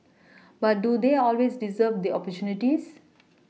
but do they always deserve the opportunities